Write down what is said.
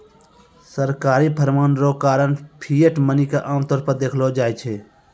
सरकारी फरमान रो कारण फिएट मनी के आमतौर पर देखलो जाय छै